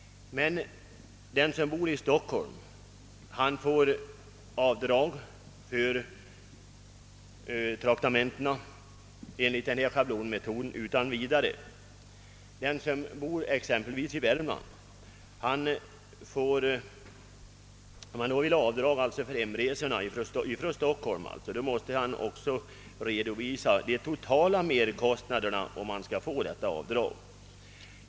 Den som bor i Stockholm får utan vidare göra avdrag för traktamentena enligt den tillämpade schablonmetoden. Men om den som är skriven i Värmland vill göra avdrag för hemresorna från Stockholm, måste han också redovisa de totala merkostnaderna för att få göra avdrag.